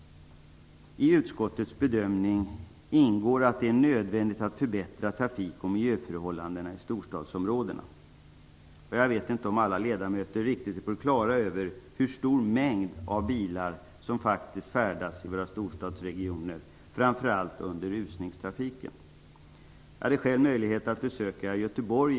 I utskottets bedömning ingår att det är nödvändigt att förbättra trafik och miljöförhållandena i storstadsområdena. Jag vet inte om alla ledamöter riktigt är på det klara över hur stor mängd av bilar som faktiskt färdas i våra storstadsregioner, framför allt under rusningstrafik. Jag hade själv möjlighet att i går besöka Göteborg.